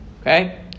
Okay